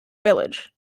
village